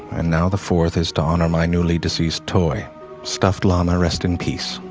and now the fourth is to honor my newly deceased toy stuffed lama rest in peace,